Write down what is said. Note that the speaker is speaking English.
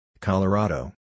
Colorado